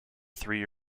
three